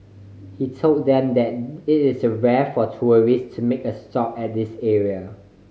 he told them that it is a rare for tourists to make a stop at this area